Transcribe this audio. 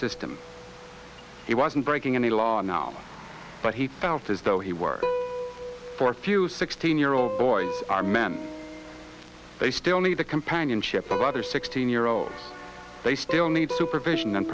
system he wasn't breaking any law now but he felt as though he worked for a few sixteen year old boys are men they still need the companionship of other sixteen year olds they still need supervision